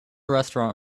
restaurant